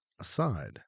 aside